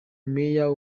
mayor